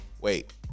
Wait